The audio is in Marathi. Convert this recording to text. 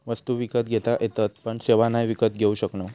वस्तु विकत घेता येतत पण सेवा नाय विकत घेऊ शकणव